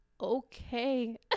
Okay